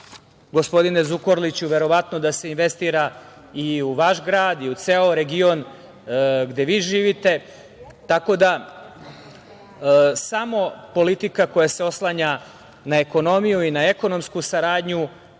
gospodine Zukorliću, verovatno da se investira i u vaš grad i u ceo region gde vi živite. Tako da samo politika koja se oslanja na ekonomiju i na ekonomsku saradnju,